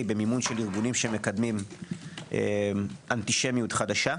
במימון של ארגונים שמקדמים אנטישמיות חדשה,